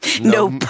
Nope